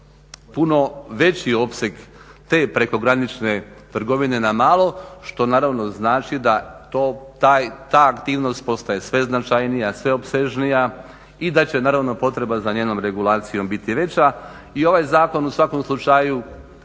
puno veći opseg te prekogranične trgovine na malo što naravno znači da ta aktivnost postaje sve značajnija, sve opsežnija i da će naravno potreba za njenom regulacijom biti veća. I ovaj zakon u svakom slučaju